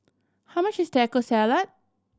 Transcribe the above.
how much is Taco Salad